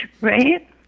Right